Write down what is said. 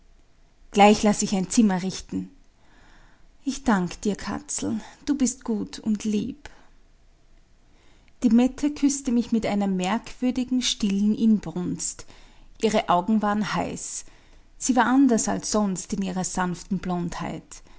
gleich lass ich ein zimmer richten ich dank dir katzel du bist gut und lieb die mette küßte mich mit einer merkwürdigen stillen inbrunst ihre augen waren heiß sie war anders als sonst in ihrer sanften